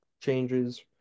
changes